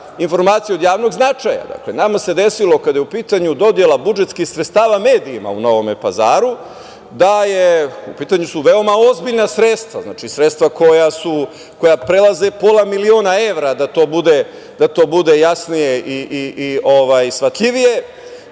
informacija od javnog značaja. Nama se desilo, kada je u pitanju dodela budžetskih sredstava medijima u Novom Pazaru, u pitanju su veoma ozbiljna sredstva, znači sredstva koja prelaze pola miliona evra, da to bude jasnije i shvatljivije,